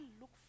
look